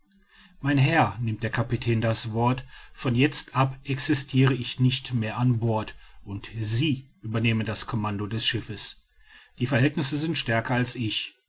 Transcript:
mein herr nimmt der kapitän das wort von jetzt ab existire ich nicht mehr an bord und sie übernehmen das commando des schiffes die verhältnisse sind stärker als ich